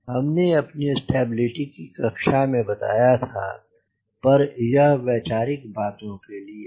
हमने अपनी स्टेबिलिटी की कक्षा में पहले बताया था पर यह वैचारिक बातों के लिए है